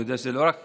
אני יודע שזה לא רק